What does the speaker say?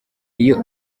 iyo